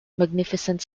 magnificent